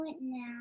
now